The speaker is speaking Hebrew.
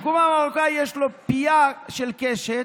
לקומקום המרוקאי יש פייה של קשת,